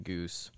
Goose